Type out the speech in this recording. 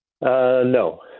No